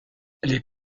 les